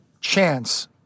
chance